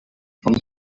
from